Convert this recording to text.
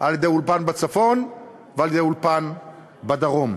על-ידי אולפן בצפון ועל-ידי אולפן בדרום.